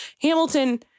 Hamilton